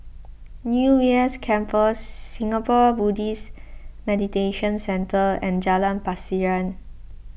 U B S Campus Singapore Buddhist Meditation Centre and Jalan Pasiran